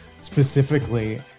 specifically